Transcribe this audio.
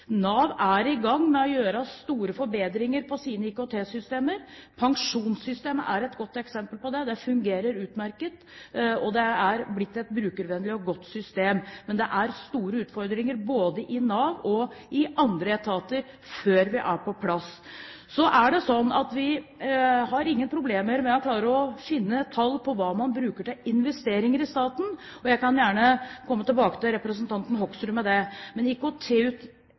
i gang med å gjøre store forbedringer i sine IKT-systemer. Pensjonssystemet er et godt eksempel på det. Det fungerer utmerket, og det er blitt et brukervennlig og godt system. Men det er store utfordringer, både i Nav og i andre etater, før vi er på plass. Så er det sånn at vi ikke har noen problemer med å klare å finne tall på hva man bruker til investeringer i staten. Jeg kan gjerne komme tilbake til representanten Hoksrud med det. Men